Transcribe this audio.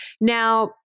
Now